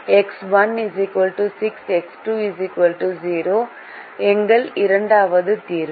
எனவே X 1 6 X 2 0 எங்கள் இரண்டாவது தீர்வு